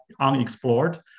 unexplored